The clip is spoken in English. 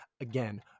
Again